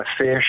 fish